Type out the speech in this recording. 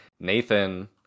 Nathan